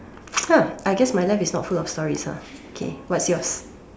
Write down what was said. ya I guess my life is not full of stories ah okay what's yours